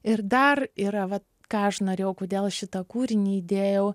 ir dar yra va ką aš norėjau kodėl šitą kūrinį įdėjau